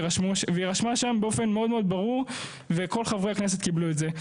והיא רשמה שם באופן מאוד ברור וכל חברי הכנסת קיבלו את זה.